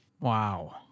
Wow